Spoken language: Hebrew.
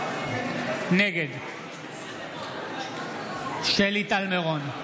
מיכאלי, נגד שלי טל מירון,